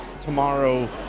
tomorrow